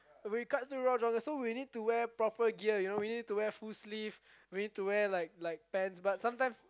we cut through raw jungle so we need to wear proper gear you know we need to wear full sleeve we need to wear like like pants but sometimes